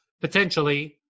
potentially